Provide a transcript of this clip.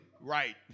right